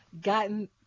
gotten